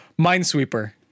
minesweeper